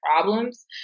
problems